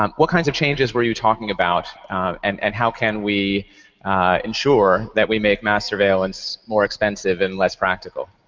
um what kind of changes were you talking about and and how can we ensure that we make mass surveillance more expensive and less practical?